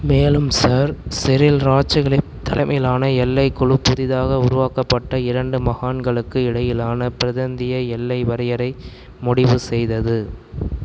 மேலும் Sir Cyril Radcliffe தலைமையிலான எல்லைக் குழு புதிதாக உருவாக்கப்பட்ட இரண்டு மகான்களுக்கு இடையிலான பிரதந்திய எல்லை வரையறை முடிவு செய்தது